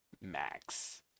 max